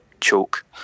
chalk